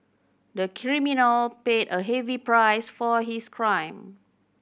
the criminal paid a heavy price for his crime